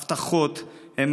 הבטחות,